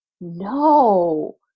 No